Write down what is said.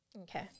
okay